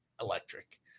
electric